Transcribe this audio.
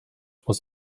was